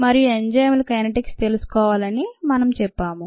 మరియు ఎంజైములు కైనెటిక్స్ తెలుసుకోవాలని మనము చెప్పాము